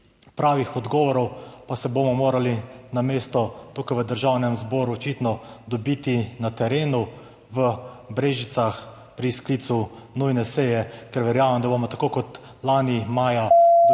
pravih odgovorov, pa se bomo morali namesto tukaj v Državnem zboru očitno dobiti na terenu v Brežicah pri sklicu nujne seje, ker verjamem, da bomo tako kot lani maja dobili